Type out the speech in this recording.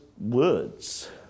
words